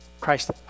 Christ